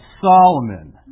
Solomon